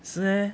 是 meh